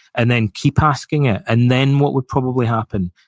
and then keep asking it, and then what would probably happen?